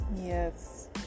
yes